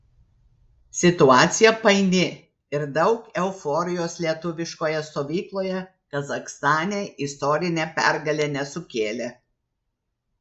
situacija paini ir daug euforijos lietuviškoje stovykloje kazachstane istorinė pergalė nesukėlė